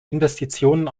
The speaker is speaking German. investitionen